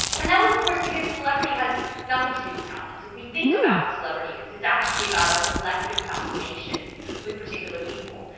and that was, of course, because celebrity has nothing to do with talent. if we think about what celebrity is it's actually about our collective fascination with particular people.